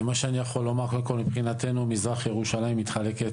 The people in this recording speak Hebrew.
מה שאני יכול לומר קודם כל מבחינתנו מזרח ירושלים מתחלקת